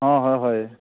অঁ হয় হয়